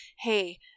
hey